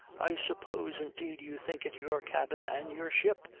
i suppose indeed you think it your cabin, and your ship,